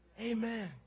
amen